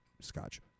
scotch